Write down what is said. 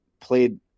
played